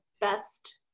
best